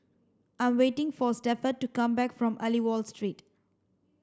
I'm waiting for Stafford to come back from Aliwal Street